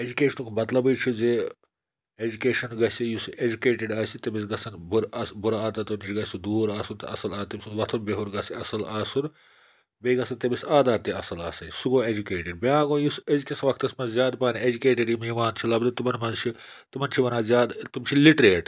اٮ۪جوکیشنُک مطلبٕے چھُ زِ اٮ۪جوکیشَن گژھِ یُس اٮ۪جوکیٹٕڈ آسہِ تٔمِس گژھن بُرٕ اَس بُرٕ عادتو نِش گژھِ سُہ دوٗر آسُن تہٕ اَصٕل عادت تٔمۍ سُنٛد وۄتھُن بِہُن گژھِ اَصٕل آسُن بیٚیہِ گژھن تٔمِس عادات تہِ اَصٕل آسٕنۍ سُہ گوٚو اٮ۪جوکیٹٕڈ بیٛاکھ گوٚو یُس أزکِس وقتَس منٛز زیادٕ پَہَن اٮ۪جوکیٹٕڈ یِم یِوان چھِ لَبنہٕ تمَن منٛز چھِ تمَن چھِ وَنان زیادٕ تم چھِ لِٹرٛیٹ